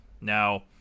Now